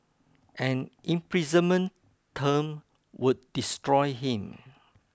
an imprisonment term would destroy him